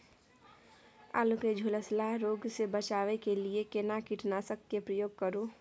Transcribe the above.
आलू के झुलसा रोग से बचाबै के लिए केना कीटनासक के प्रयोग करू